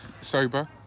sober